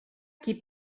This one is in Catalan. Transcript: qui